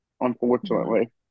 Unfortunately